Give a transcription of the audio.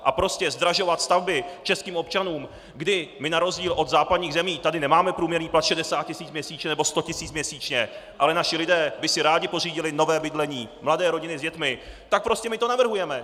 A prostě zdražovat stavby českým občanům, kdy my na rozdíl od západních zemí tady nemáme průměrný plat 60 tisíc měsíčně nebo 100 tisíc měsíčně, ale naši lidé by si rádi pořídili nové bydlení, mladé rodiny s dětmi, tak prostě my to navrhujeme!